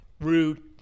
Rude